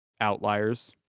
outliers